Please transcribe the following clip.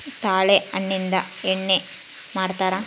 ತಾಳೆ ಹಣ್ಣಿಂದ ಎಣ್ಣೆ ಮಾಡ್ತರಾ